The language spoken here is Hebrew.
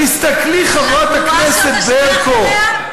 על התנועה שאתה שייך אליה?